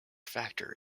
factor